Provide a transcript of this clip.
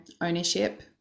ownership